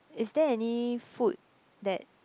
is there any food that